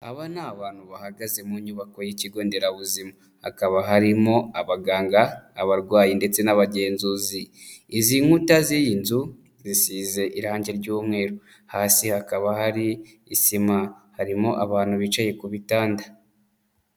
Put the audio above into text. Aba ni abantu bahagaze mu nyubako y'ikigo nderabuzima, hakaba harimo abaganga, abarwayi ndetse n'abagenzuzi. Izi nkuta z'iyi nzu zisize irange ry'umweru, hasi hakaba hari isima, harimo abantu bicaye ku bitanda.